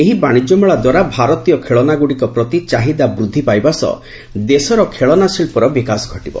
ଏହି ବାଣିଜ୍ୟମେଳା ଦ୍ୱାରା ଭାରତୀୟ ଖେଳନା ଗୁଡ଼ିକ ପ୍ରତି ଚାହିଦା ବୃଦ୍ଧି ପାଇବା ସହ ଦେଶର ଖେଳନା ଶିଳ୍ପର ବିକାଶ ଘଟିବ